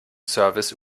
service